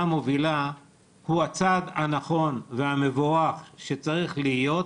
מובילה הוא הצעד הנכון והמבורך שצריך להיות.